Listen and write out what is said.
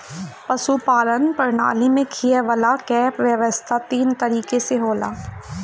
पशुपालन प्रणाली में खियवला कअ व्यवस्था तीन तरीके से होला